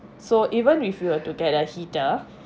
so even if you were to get a heater